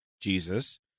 jesus